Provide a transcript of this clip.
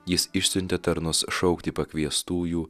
jis išsiuntė tarnus šaukti pakviestųjų